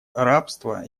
рабства